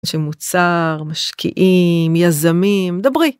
שמוצר, משקיעים, יזמים, דברי.